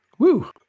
Woo